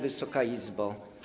Wysoka Izbo!